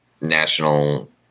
national